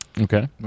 Okay